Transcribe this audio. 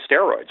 steroids